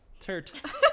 Turt